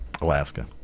Alaska